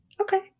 Okay